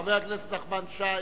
חבר הכנסת נחמן שי,